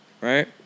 Right